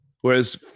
Whereas